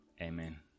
Amen